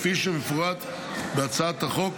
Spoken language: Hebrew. כפי שמפורט בהצעת החוק,